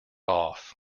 off